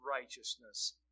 righteousness